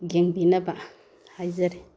ꯌꯦꯡꯕꯤꯅꯕ ꯍꯥꯏꯖꯔꯤ